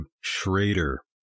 Schrader